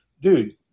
Dude